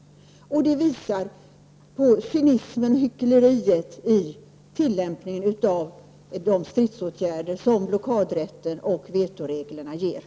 Det visar på cynism och hyckleri i tillämpningen av de stridsåtgärder som blockadrätten och vetoreglerna innebär.